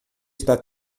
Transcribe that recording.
está